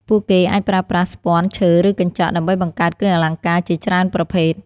ពួកគេអាចប្រើប្រាស់ ស្ពាន់ ឈើ ឬកញ្ចក់ ដើម្បីបង្កើតគ្រឿងអលង្ការជាច្រើនប្រភេទ។